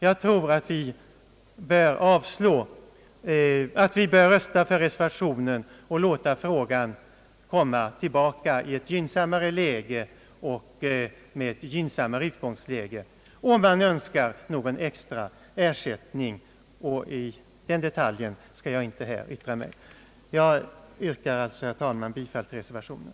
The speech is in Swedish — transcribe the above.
Jag tror att vi bör rösta för reservationen och låta frågan komma tillbaka i ett gynnsammare utgångsläge, om förvaltningskontorets chef anses böra erhålla någon extra ersättning — i den detaljen skall jag inte nu yttra mig. Jag yrkar alltså, herr talman, bifall till reservationen.